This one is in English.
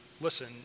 listen